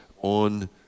on